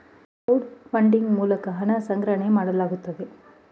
crowd funding ಮೂಲಕ ಹಣ ಸಂಗ್ರಹಣೆ ಮಾಡಲಾಗುತ್ತದೆ